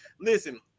listen